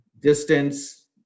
distance